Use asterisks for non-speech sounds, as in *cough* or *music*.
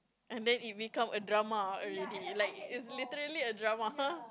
and then it become a drama already like it's literally a drama *noise*